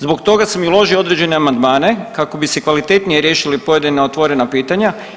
Zbog toga sam i uložio određene amandmane kako bi se kvalitetnije riješili pojedina otvorena pitanja.